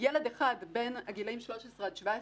ילד אחד בין הגילאים 13 עד 17